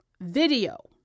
video